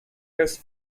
jest